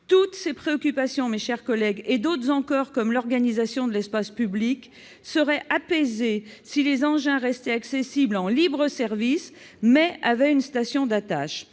Toutes ces préoccupations, et d'autres encore, comme l'organisation de l'espace public, seraient apaisées si les engins restaient accessibles en libre-service, mais avaient une station d'attache.